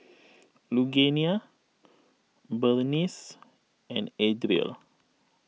Lugenia Berniece and Adriel